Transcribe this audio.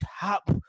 top